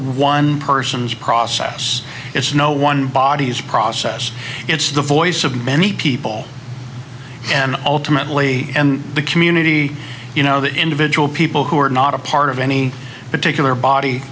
one person's process it's no one body is process it's the voice of many people and ultimately the community you know the individual people who are not a part of any particular body